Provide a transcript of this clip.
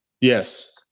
Yes